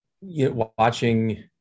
Watching